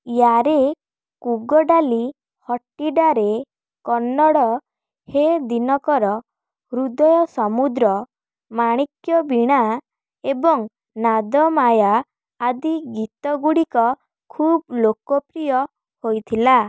ୟାରେ କୁଗଡ଼ାଲି ହଟ୍ଟିଡ଼ାରେ କନ୍ନଡ଼ ହେ ଦିନକର ହୃଦୟ ସମୁଦ୍ର ମାଣିକ୍ୟ ବୀଣା ଏବଂ ନାଦମାୟା ଆଦି ଗୀତ ଗୁଡ଼ିକ ଖୁବ୍ ଲୋକପ୍ରିୟ ହୋଇଥିଲା